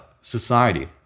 society